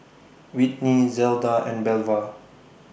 Whitney Zelda and Belva